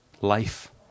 life